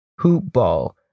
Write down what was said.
HOOPBALL